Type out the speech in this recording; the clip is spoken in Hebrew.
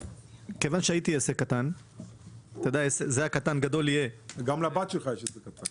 מכיוון שהייתי עסק קטן --- גם לבת שלך יש עסק קטן.